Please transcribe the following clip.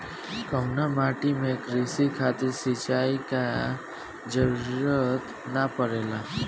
कउना माटी में क़ृषि खातिर सिंचाई क जरूरत ना पड़ेला?